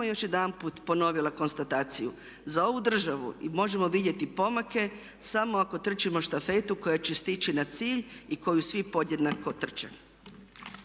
još jedanput ponovila konstataciju za ovu državu, možemo vidjeti pomake samo ako trčimo štafetu koja će stići na cilj i koju svi podjednako trče.